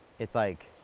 it's like,